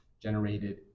generated